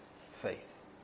faith